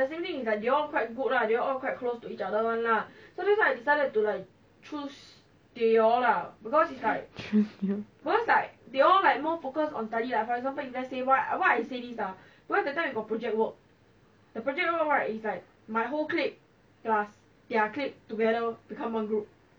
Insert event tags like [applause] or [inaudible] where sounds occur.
[laughs] choose they all